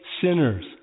sinners